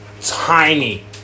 Tiny